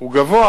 הוא גבוה,